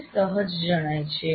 તે સહજ જણાય છે